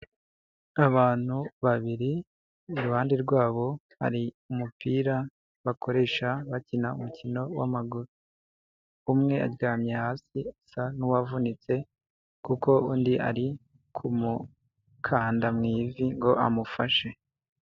Abantu babiri iruhande rwabo hari umupira bakoresha bakina umukino wa muguru, umwe aryamye hasi asa nuwavunitse kuko undi ari kumukanda mu ivi ngo amufashe.